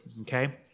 okay